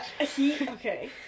Okay